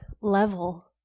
level